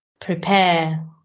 prepare